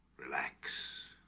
relax